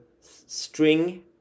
string